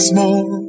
more